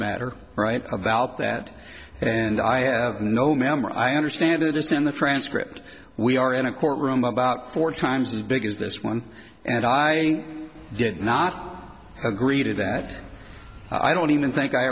matter right about that and i have no memory i understand of this in the french script we are in a courtroom about four times as big as this one and i did not agree to that i don't even think i